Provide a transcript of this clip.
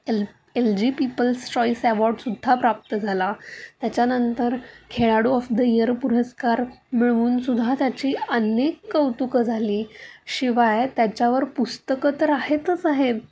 L L G people's choice अवॉर्डसुद्धा प्राप्त झाला त्याच्यानंतर खेळाडू ऑफ द इयर पुरस्कार मिळवून सुद्धा त्याची अनेक कौतुकं झाली शिवाय त्याच्यावर पुस्तकं तर आहेतच आहेत